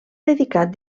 dedicat